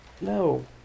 no